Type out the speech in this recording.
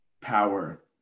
power